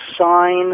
sign